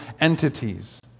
entities